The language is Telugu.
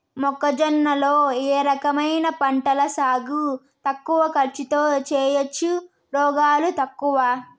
మొక్కజొన్న లో ఏ రకమైన పంటల సాగు తక్కువ ఖర్చుతో చేయచ్చు, రోగాలు తక్కువ?